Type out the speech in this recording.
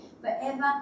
forever